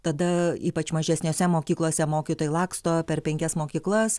tada ypač mažesnėse mokyklose mokytojai laksto per penkias mokyklas